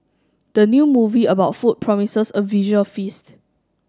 the new movie about food promises a visual feast